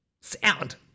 sound